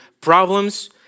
problems